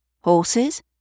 Horses